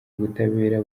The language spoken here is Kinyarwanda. ubutabera